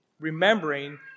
remembering